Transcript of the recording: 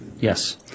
Yes